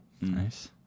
Nice